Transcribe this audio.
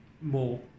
more